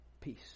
Peace